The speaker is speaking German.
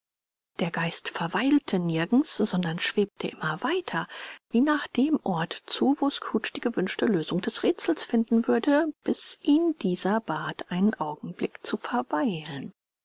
der geist verweilte nirgends sondern schwebte immer weiter wie nach dem ort zu wo scrooge die gewünschte lösung des rätsels finden würde bis ihn dieser bat einen augenblick zu verweilen